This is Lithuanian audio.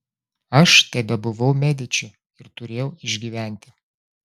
aš tebebuvau mediči ir turėjau išgyventi